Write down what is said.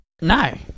No